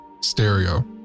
Stereo